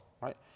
right